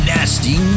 Nasty